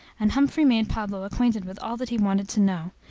and humphrey made pablo acquainted with all that he wanted to know,